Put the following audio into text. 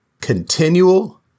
Continual